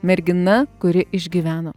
mergina kuri išgyveno